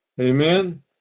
Amen